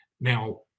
now